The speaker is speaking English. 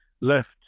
left